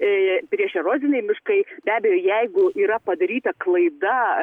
priešeroziniai miškai be abejo jeigu yra padaryta klaida